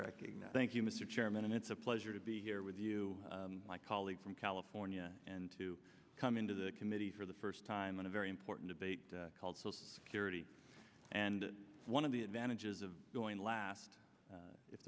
recognize thank you mr chairman and it's a pleasure to be here with you my colleague from california and to come into the committee for the first time on a very important debate called social security and one of the advantages of going last